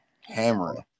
Hammering